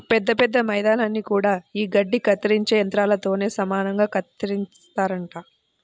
పెద్ద పెద్ద మైదానాల్ని గూడా యీ గడ్డి కత్తిరించే యంత్రాలతోనే సమానంగా కత్తిరిత్తారంట